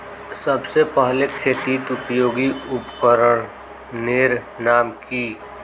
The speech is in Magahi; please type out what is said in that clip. सबसे पहले खेतीत उपयोगी उपकरनेर नाम की?